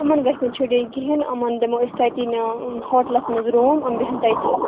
یِمن گژھِ نہٕ چھُٹی کِہیٖنۍ یِمن دِمو أسۍ تٔتی ہوٹلس منٛز روٗم یِم بِہَن تٔتی